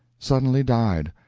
suddenly died.